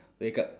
wake up